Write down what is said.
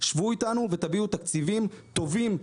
שבו איתנו ותביאו תקציבים טובים,